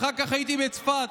אחר כך הייתי בצפת